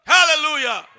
Hallelujah